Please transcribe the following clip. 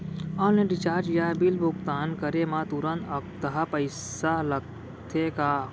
Online recharge या bill भुगतान करे मा तुरंत अक्तहा पइसा लागथे का?